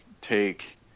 take